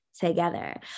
together